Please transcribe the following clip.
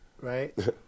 Right